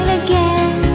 again